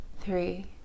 three